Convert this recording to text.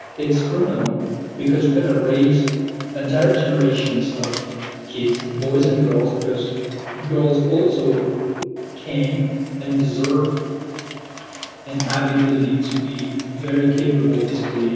it's criminal because we're going to raise entire generations of kids, boys and girls because girls also can and deserve and have the ability to be very capable physically. and